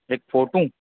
हिकु फोटू